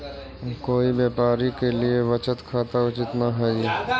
कोई व्यापारी के लिए बचत खाता उचित न हइ